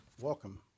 Welcome